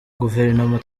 guverinoma